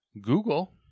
Google